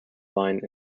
line